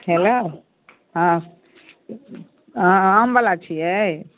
hello हँ अहाँ आमबला छियै